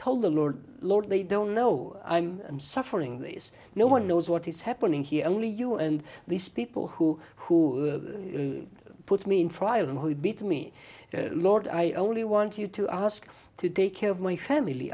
told the lord lord they don't know i'm suffering this no one knows what is happening here only you and these people who who put me in trial who beat me lord i only want you to ask to take care of my family